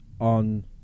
on